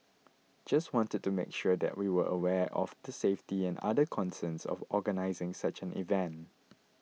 just wanted to make sure that we were aware of the safety and other concerns of organising such an event